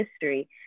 history